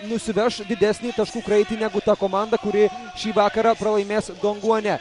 nusiveš didesnį taškų kraitį negu ta komanda kuri šį vakarą pralaimės donguane